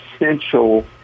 essential